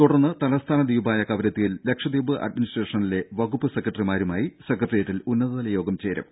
തുടർന്ന് തലസ്ഥാന ദ്വീപായ കവരത്തിയിൽ ലക്ഷദ്വീപ് അഡ്മിനിസ്ട്രേഷനിലെ വകുപ്പ് സെക്രട്ടറിമാരുമായി സെക്രട്ടറിയേറ്റിൽ ഉന്നതലയോഗം ചേരും